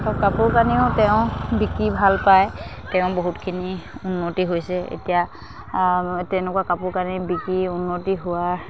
আৰু কাপোৰ কানিও তেওঁ বিকি ভাল পায় তেওঁ বহুতখিনি উন্নতি হৈছে এতিয়া তেনেকুৱা কাপোৰ কানি বিকি উন্নতি হোৱাৰ